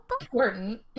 important